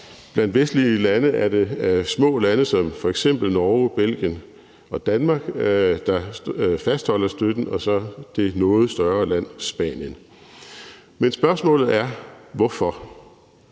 Blandt vestlige lande er det små lande som f.eks. Norge, Belgien og Danmark, der fastholder støtten, og så det noget større land Spanien. Men spørgsmålet er: Hvorfor?